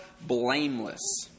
blameless